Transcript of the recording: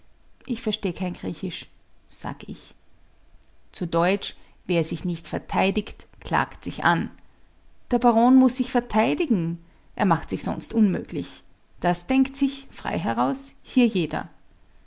ich versteh kein griechisch sag ich zu deutsch wer sich nicht verteidigt klagt sich an der baron muß sich verteidigen er macht sich sonst unmöglich das denkt sich frei heraus hier jeder